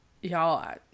y'all